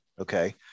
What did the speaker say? Okay